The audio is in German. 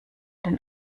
den